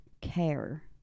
care